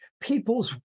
people's